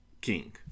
king